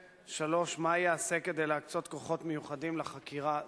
3. מה ייעשה כדי להקצות כוחות מיוחדים לחקירה זו?